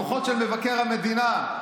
דוחות של מבקר המדינה,